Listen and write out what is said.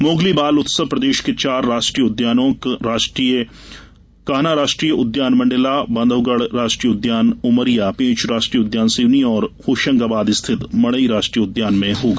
Mowgli बाल उत्सव प्रदेश के चार राष्ट्रीय उद्यानों कान्हा राष्ट्रीय उद्यान मंडला बांधवगढ राष्ट्रीय उद्यान उमरिया पेंच राष्ट्रीय उद्यान सिवनी और होशंगाबाद स्थित मढ़ई राष्ट्रीय उद्यान में होगा